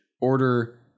Order